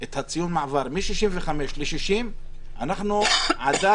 את ציון המעבר מ-65 ל-60, עדיין